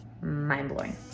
mind-blowing